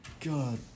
God